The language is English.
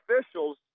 officials